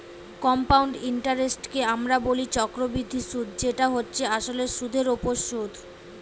compound ইন্টারেস্টকে আমরা বলি চক্রবৃদ্ধি সুধ যেটা হচ্ছে আসলে সুধের ওপর সুধ